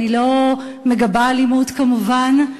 אני לא מגבה אלימות כמובן,